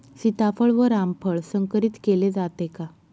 सीताफळ व रामफळ संकरित केले जाते का?